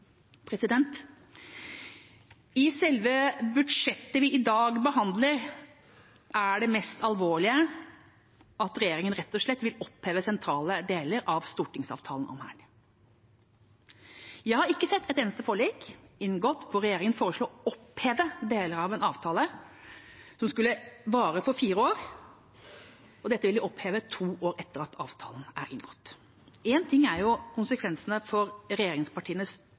I selve budsjettet vi i dag behandler, er det mest alvorlige at regjeringa rett og slett vil oppheve sentrale deler av stortingsavtalen om Hæren. Jeg har ikke sett et eneste forlik inngått der regjeringa foreslår å oppheve deler av en avtale som skulle vare i fire år. Dette vil de oppheve to år etter at avtalen er inngått. Én ting er konsekvensene for regjeringspartienes